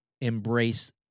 Embrace